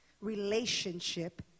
relationship